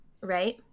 right